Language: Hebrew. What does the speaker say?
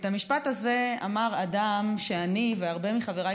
את המשפט הזה אמר אדם שאני והרבה מחבריי